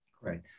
Right